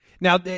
Now